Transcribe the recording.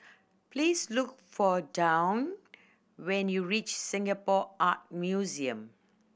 please look for Dawne when you reach Singapore Art Museum